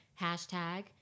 Hashtag